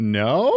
no